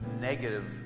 negative